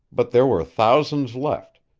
but there were thousands left,